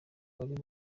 bari